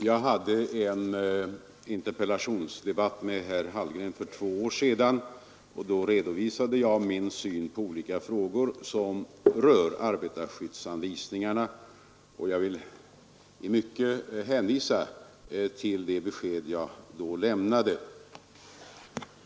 Herr talman! Jag hade en interpellationsdebatt med herr Hallgren för två år sedan, och då redovisade jag min syn på olika frågor som rör arbetarskyddsanvisningarna. Jag vill i mycket hänvisa till det besked jag då lämnade.